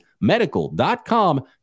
medical.com